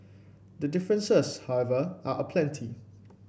the differences however are aplenty